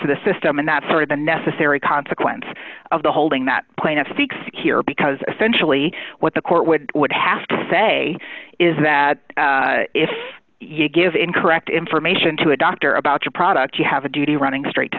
to the system and that's sort of a necessary consequence of the holding that plaintiff seeks here because essentially what the court would would have to say is that if you give incorrect information to a doctor about your product you have a duty running straight to